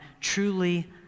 truly